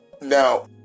Now